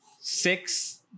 six